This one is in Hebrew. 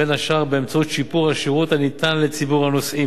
בין השאר באמצעות שיפור השירות הניתן לציבור הנוסעים.